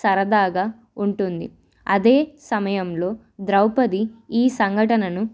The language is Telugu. సరదాగా ఉంటుంది అదే సమయంలో ద్రౌపది ఈ సంఘటనను